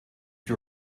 you